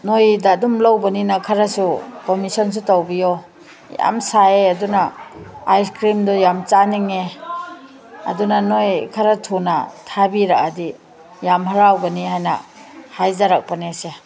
ꯅꯣꯏꯗ ꯑꯗꯨꯝ ꯂꯧꯕꯅꯤꯅ ꯈꯔꯁꯨ ꯀꯣꯛꯅꯤꯁꯟꯁꯨ ꯇꯧꯕꯤꯌꯣ ꯌꯥꯝ ꯁꯥꯏꯌꯦ ꯑꯗꯨꯅ ꯑꯥꯏꯁꯀ꯭ꯔꯤꯝꯗꯣ ꯌꯥꯝ ꯆꯥꯅꯤꯡꯉꯦ ꯑꯗꯨꯅ ꯅꯣꯏ ꯈꯔ ꯊꯨꯅ ꯊꯥꯕꯤꯔꯛꯑꯗꯤ ꯌꯥꯝ ꯍꯔꯥꯎꯒꯅꯤ ꯍꯥꯏꯅ ꯍꯥꯏꯖꯔꯛꯄꯅꯦꯁꯦ